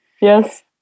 Yes